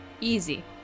Easy